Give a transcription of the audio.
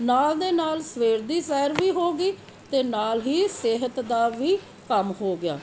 ਨਾਲ ਦੇ ਨਾਲ ਸਵੇਰ ਦੀ ਸੈਰ ਵੀ ਹੋ ਗਈ ਅਤੇ ਨਾਲ ਹੀ ਸਿਹਤ ਦਾ ਵੀ ਕੰਮ ਹੋ ਗਿਆ